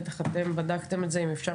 בטח אתם במשרד מבקר המדינה בדקתם את זה אם אפשר